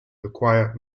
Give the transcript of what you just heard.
require